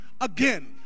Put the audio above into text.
again